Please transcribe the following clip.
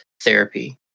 therapy